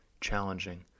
challenging